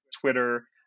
Twitter